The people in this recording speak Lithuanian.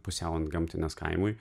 pusiau antgamtines kaimui